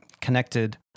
connected